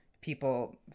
people